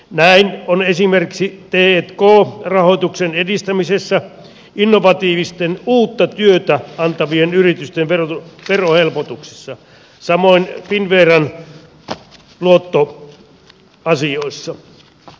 näin on esimerkiksi t k rahoituksen edistämisessä innovatiivisten uutta työtä antavien yritysten verohelpotuksissa samoin finnveran luottoasioissa